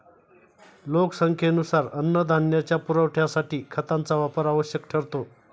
लोकसंख्येनुसार अन्नधान्याच्या पुरवठ्यासाठी खतांचा वापर आवश्यक ठरतो